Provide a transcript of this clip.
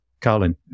Carlin